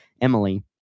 Emily